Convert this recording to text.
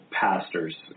pastors